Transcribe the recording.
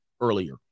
earlier